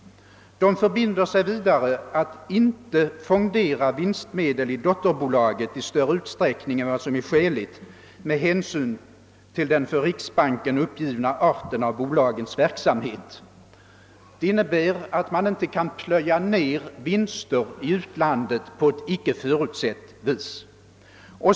Det förbinder sig vidare att inte fondera vinstmedel i dotterbolaget i större utsträckning än vad som är skäligt med hänsyn till den för riksbanken uppgivna arten av bolagets verksamhet. Det innebär att man inte kan plöja ner vinster på ett icke förutsett vis.